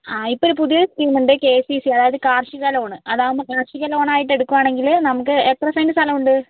ആ ഇപ്പോഴൊരു പുതിയ സ്കീം ഉണ്ട് കെ സി സി അതായത് കാർഷിക ലോണ് അതാവുമ്പോൾ കാർഷിക ലോണായിട്ട് എടുക്കുകയാണെങ്കിൽ നമുക്ക് എത്ര സെൻ്റ് സ്ഥലമുണ്ട്